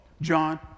John